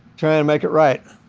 trying to make it right.